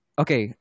okay